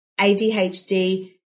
ADHD